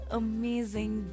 amazing